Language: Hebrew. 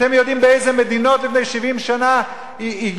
אתם יודעים באיזה מדינות לפני 70 שנה הגיעו